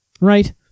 right